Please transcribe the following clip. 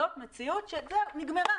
זאת מציאות שנגמרה,